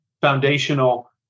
foundational